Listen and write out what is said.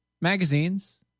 magazines